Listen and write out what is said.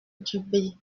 duby